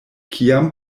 kiam